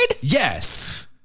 yes